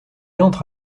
entre